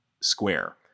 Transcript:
square